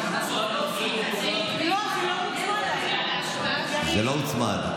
זה לא הוצמד.